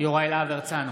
יוראי להב הרצנו,